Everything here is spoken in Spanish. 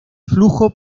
flujo